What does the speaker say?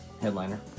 Headliner